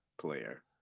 player